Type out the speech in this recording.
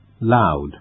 Loud